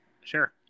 Sure